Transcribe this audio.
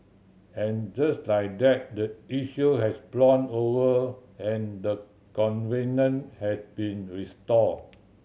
and just like that the issue has blown over and the covenant has been restored